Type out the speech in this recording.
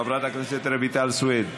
חברת הכנסת רויטל סויד.